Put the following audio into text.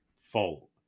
fault